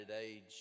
age